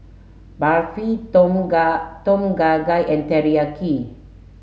Barfi Tom Kha Tom Kha Gai and Teriyaki